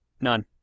None